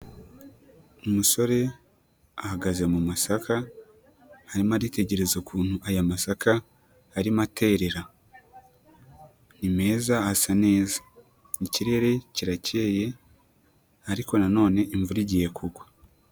Umusore ahagaze mu masaka arimo aritegereza ukuntu aya masaka arimo aterera, ni meza asa neza ikirere kirakeye ariko nanone imvura igiye kugwa.